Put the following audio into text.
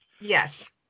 Yes